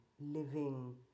living